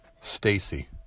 Stacy